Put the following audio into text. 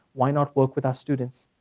why not work with our students?